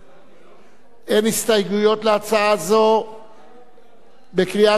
אין הסתייגויות להצעה זו בקריאה שנייה ושלישית.